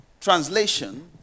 translation